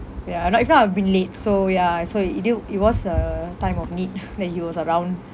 ya no if not I'd been late so ya so i~ it deal it was a time of need that he was around